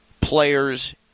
players